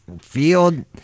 field